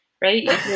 Right